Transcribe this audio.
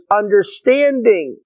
understanding